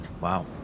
wow